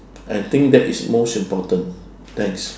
I think that is most important thanks